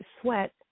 sweat